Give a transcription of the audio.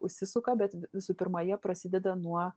užsisuka bet visų pirma jie prasideda nuo